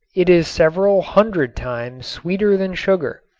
it is several hundred times sweeter than sugar,